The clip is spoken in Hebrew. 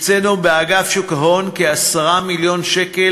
הקצינו באגף שוק ההון כ-10 מיליון שקל